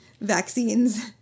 vaccines